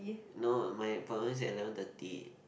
no my appointment at eleven thirty